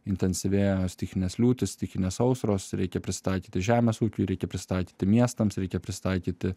intensyvėja stichinės liūtys stichinės sausros reikia prisitaikyti žemės ūkiui reikia prisitaikyti miestams reikia prisitaikyti